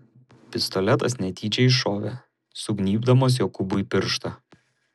pistoletas netyčia iššovė sugnybdamas jokūbui pirštą